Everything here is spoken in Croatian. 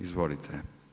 Izvolite.